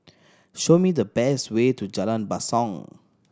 show me the best way to Jalan Basong